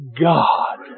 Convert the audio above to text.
God